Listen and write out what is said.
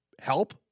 help